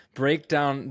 breakdown